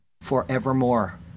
forevermore